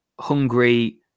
hungry